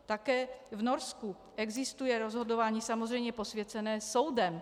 Také v Norsku existuje rozhodování samozřejmě posvěcené soudem.